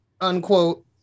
unquote